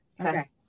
Okay